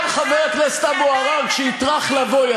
אני בטוח שחבר הכנסת מרגלית, שאני מכיר